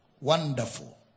Wonderful